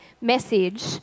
message